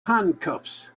handcuffs